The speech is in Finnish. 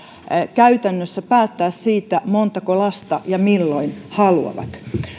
käytännössä päättää siitä montako lasta ja milloin haluavat